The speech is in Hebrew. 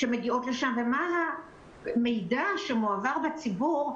מה המידע שמועבר לציבור,